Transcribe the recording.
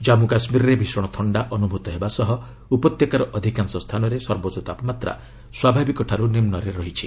ଜାନ୍ମୁ କାଶ୍ମୀରରେ ଭୀଷଣ ଥଣ୍ଡା ଅନୁଭୂତ ହେବା ସହ ଉପତ୍ୟକାର ଅଧିକାଂଶ ସ୍ଥାନରେ ସର୍ବୋଚ୍ଚ ତାପମାତ଼୍ା ସ୍ୱାଭାବିକଠାର୍ ନିମ୍ବରେ ରହିଛି